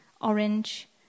orange